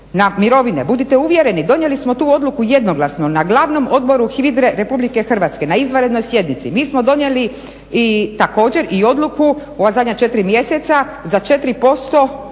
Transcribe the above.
budite uvjereni, donijeli smo tu odluku jednoglasno na glavnom odboru HVIDRA-e RH na izvanrednoj sjednici, mi smo donijeli i također i odluku, ova zadnja četiri mjeseca za 4% ovog